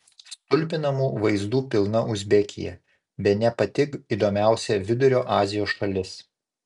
stulbinamų vaizdų pilna uzbekija bene pati įdomiausia vidurio azijos šalis